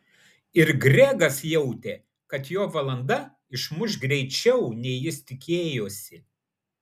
ir gregas jautė kad jo valanda išmuš greičiau nei jis tikėjosi